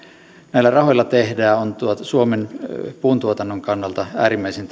näillä rahoilla tehdään on suomen puuntuotannon kannalta äärimmäisen